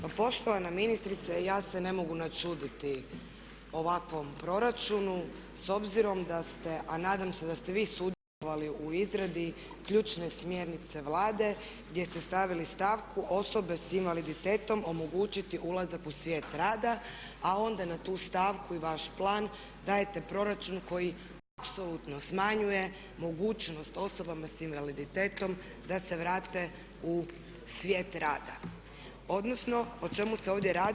Pa poštovana ministrice, ja se ne mogu načuditi ovakvom proračunu s obzirom da ste, a nadam se da ste vi sudjelovali u izradi ključne smjernice Vlade gdje ste stavili stavku osobe sa invaliditetom omogućiti ulazak u svijet rada, a onda na tu stavku i vaš plan dajete proračun koji apsolutno smanjuje mogućnost osobama sa invaliditetom da se vrate u svijet rada, odnosno o čemu se ovdje radi.